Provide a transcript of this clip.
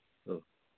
ꯑ